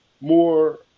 More